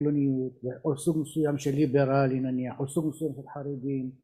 חילוניות או סוג מסוים של ליברלים נניח או סוג מסוים של חרדים